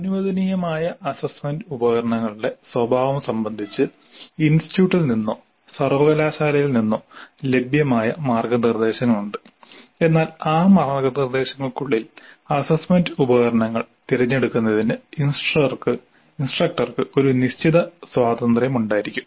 അനുവദനീയമായ അസ്സസ്സ്മെന്റ് ഉപകരണങ്ങളുടെ സ്വഭാവം സംബന്ധിച്ച് ഇൻസ്റ്റിറ്റ്യൂട്ടിൽ നിന്നോ സർവകലാശാലയിൽ നിന്നോ ലഭ്യമായ മാർഗ്ഗനിർദ്ദേശങ്ങൾ ഉണ്ട് എന്നാൽ ആ മാർഗ്ഗനിർദ്ദേശങ്ങൾക്കുള്ളിൽ അസ്സസ്സ്മെന്റ് ഉപകരണങ്ങൾ തിരഞ്ഞെടുക്കുന്നതിന് ഇൻസ്ട്രക്ടർക്ക് ഒരു നിശ്ചിത സ്വാതന്ത്ര്യമുണ്ടായിരിക്കും